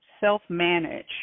self-manage